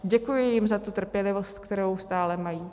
Děkuji jim za tu trpělivost, kterou stále mají.